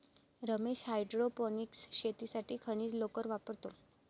Ramesh hydroponics शेतीसाठी खनिज लोकर वापरतो